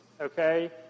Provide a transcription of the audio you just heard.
okay